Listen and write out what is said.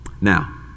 Now